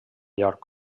york